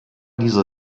dieser